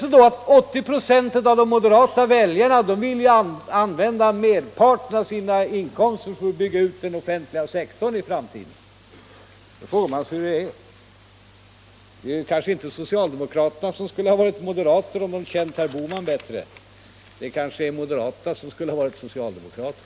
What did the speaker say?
Men nu visar det sig att 80 "» av de moderata väljarna vill använda merparten av sina inkomster för att bygga ut den offentliga sektorn i framtiden. Då frågar man hur det egentligen förhåller sig. Det kanske inte är socialdemokraterna som skulle ha varit moderater om de känt herr Bohman bättre — det är kanske moderaterna som skulle ha varit socialdemokrater.